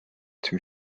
too